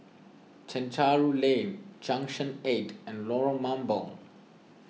Chencharu Lane Junction eight and Lorong Mambong